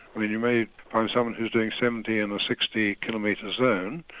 i mean, you may find someone who's doing seventy in a sixty kilometre zone,